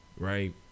Right